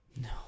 No